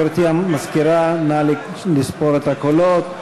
גברתי המזכירה, נא לספור את הקולות.